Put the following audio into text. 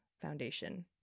Foundation